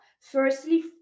firstly